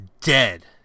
dead